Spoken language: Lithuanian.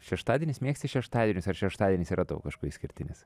šeštadienis mėgsti šeštadienius ar šeštadienis yra tau kažkuo išskirtinis